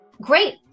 great